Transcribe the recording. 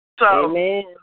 Amen